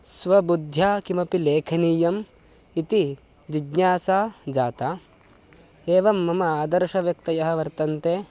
स्वबुद्ध्या किमपि लेखनीयम् इति जिज्ञासा जाता एवं मम आदर्शव्यक्तयः वर्तन्ते